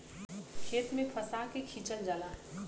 खेत में फंसा के खिंचल जाला